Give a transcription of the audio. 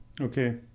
Okay